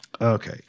Okay